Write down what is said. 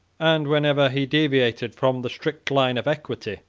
and whenever he deviated from the strict line of equity,